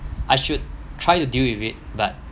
I should try to deal with it but